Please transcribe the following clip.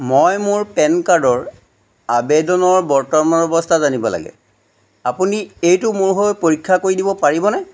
মই মোৰ পেন কাৰ্ডৰ আবেদনৰ বৰ্তমানৰ অৱস্থা জানিব লাগে আপুনি এইটো মোৰ হৈ পৰীক্ষা কৰি দিব পাৰিবনে